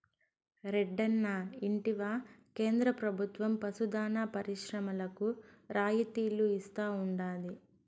రెడ్డన్నా ఇంటివా కేంద్ర ప్రభుత్వం పశు దాణా పరిశ్రమలకు రాయితీలు ఇస్తా ఉండాది